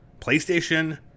PlayStation